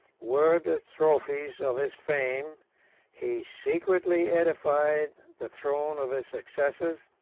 were the trophies of his fame he secretly edified the throne of his successors,